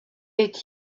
est